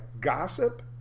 gossip